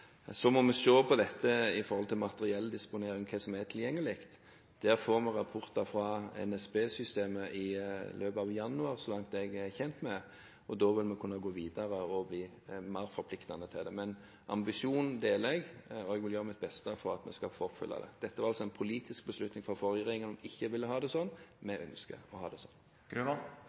Så må vi se på dette i forhold til materielldisponering og hva som er tilgjengelig. Der får vi rapporter fra NSB-systemet i løpet av januar, så langt jeg er kjent med, og da vil vi kunne gå videre og bli mer forpliktende på det. Men ambisjonen deler jeg, og jeg vil gjøre mitt beste for at vi skal få oppfylt den. Dette var altså en politisk beslutning fra forrige regjering, som ikke ville ha det sånn. Vi ønsker å ha det sånn.